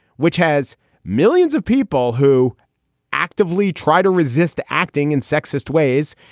which has millions of people who actively try to resist acting in sexist ways,